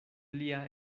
lia